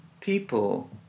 people